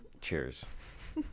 cheers